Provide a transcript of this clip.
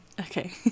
Okay